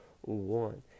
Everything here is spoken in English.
one